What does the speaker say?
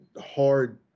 hard